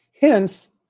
Hence